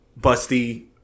busty